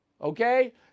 Okay